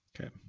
Okay